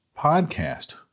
podcast